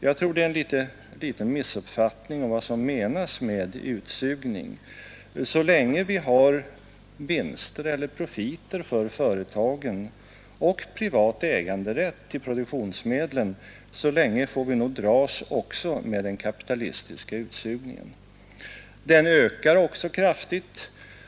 Jag tror det är en liten missuppfattning om vad som menas med utsugning. Så länge vi har vinster eller profiter för företagen och privat äganderätt till produktionsmedlen, så länge får vi dras med den kapitalistiska utsugningen. Den ökar också kraftigt.